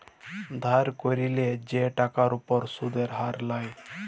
ধার ক্যইরলে যে টাকার উপর সুদের হার লায়